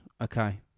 Okay